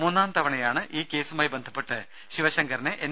മൂന്നാം തവണയാണ് ഈ കേസുമായി ബന്ധപ്പെട്ട് ശിവശങ്കറിനെ എൻ